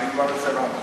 הנה, אני כבר סירבתי.